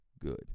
good